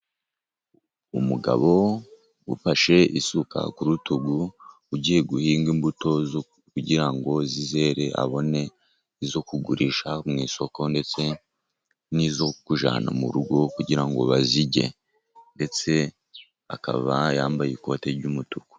Umugabo ufashe isuka ku rutugu, ugiye guhinga imbuto kugira ngo zizere abone izo kugurisha mu isoko, ndetse n'izo kujyana mu rugo, kugira ngo bazirye, ndetse akaba yambaye ikoti ry'umutuku .